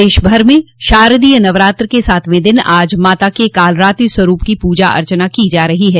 प्रदेश भर में शारदीय नवरात्रि के सातवें दिन आज माता के कालरात्रि स्वरूप की पूजा अर्चना की जा रही है